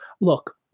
look